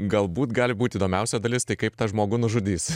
galbūt gali būt įdomiausia dalis tai kaip tą žmogų nužudys